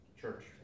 Church